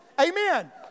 Amen